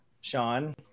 Sean